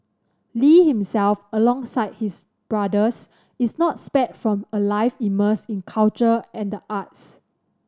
Lee himself alongside all his brothers is not spared from a life immersed in culture and the arts